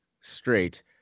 straight